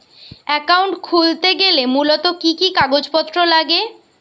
Account খুলতে গেলে মূলত কি কি কাগজপত্র লাগে?